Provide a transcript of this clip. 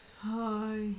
Hi